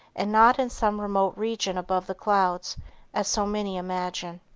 and not in some remote region above the clouds as so many imagine.